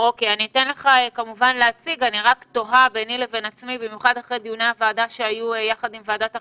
אני תוהה ביני לבין עצמי במיוחד אחרי דיוני הוועדה שהיו עם ועדת החינוך,